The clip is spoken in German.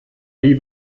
wie